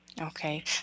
Okay